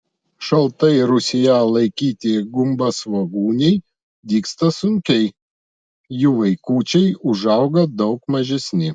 šaltai rūsyje laikyti gumbasvogūniai dygsta sunkiai jų vaikučiai užauga daug mažesni